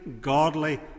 godly